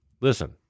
listen